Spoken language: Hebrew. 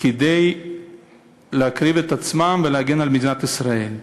כדי להקריב את עצמם ולהגן על מדינת ישראל.